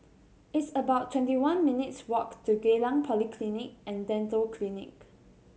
it's about twenty one minutes' walk to Geylang Polyclinic And Dental Clinic